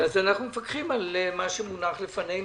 אנחנו מפקחים על מה שמונח בפנינו,